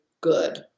good